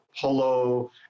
Polo